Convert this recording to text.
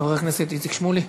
חבר הכנסת איציק שמולי,